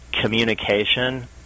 communication